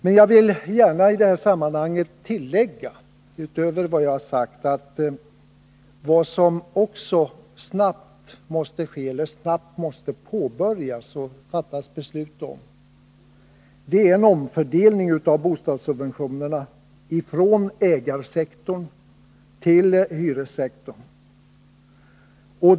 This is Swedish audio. Men jag vill gärna tillägga att vad som också snabbt måste påbörjas och fattas beslut om är en omfördelning av bostadssubventionerna ifrån ägarsektorn till hyressektorn.